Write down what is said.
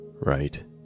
right